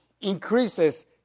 increases